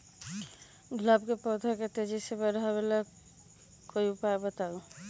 गुलाब के पौधा के तेजी से बढ़ावे ला कोई उपाये बताउ?